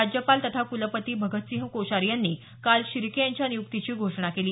राज्यपाल तथा कुलपती भगतसिंह कोश्यारी यांनी काल शिर्के यांच्या नियुक्तीची घोषणा केली